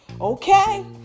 okay